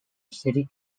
city